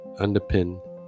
underpin